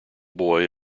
boy